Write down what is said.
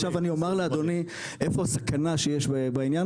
עכשיו אני אומר לאדוני איפה הסכנה שיש בעניין